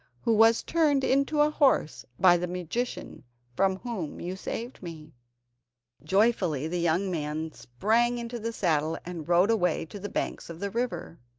who was turned into a horse by the magician from whom you saved me joyfully the young man sprang into the saddle and rode away to the banks of the river.